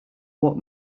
what